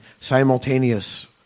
simultaneous